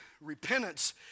Repentance